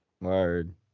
Word